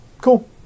cool